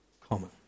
common